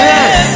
Yes